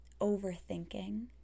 overthinking